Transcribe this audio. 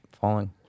Falling